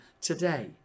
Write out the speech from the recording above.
today